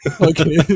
Okay